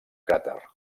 cràter